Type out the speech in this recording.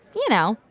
you know.